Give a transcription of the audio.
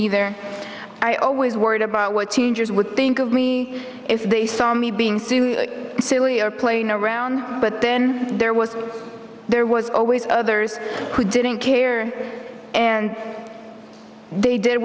either i always worried about what changes would think of me if they saw me being silly silly or playing around but then there was there was always others who didn't care and they did